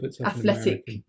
Athletic